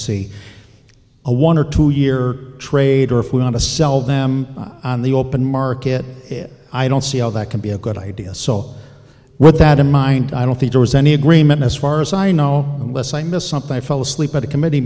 see a one or two year trade or if we want to sell them on the open market i don't see how that can be a good idea so with that in mind i don't think there was any agreement as far as i know less i miss something i fell asleep at a committee